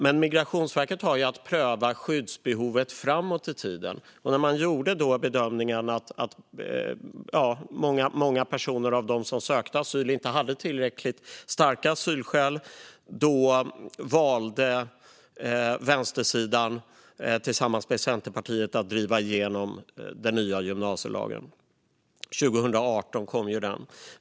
Men Migrationsverket har att pröva skyddsbehovet framåt i tiden, och när man då gjorde bedömningen att många av dem som sökte asyl inte hade tillräckligt starka asylskäl valde vänstersidan tillsammans med Centerpartiet att driva igenom den nya gymnasielagen. Den kom 2018.